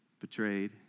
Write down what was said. betrayed